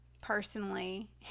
personally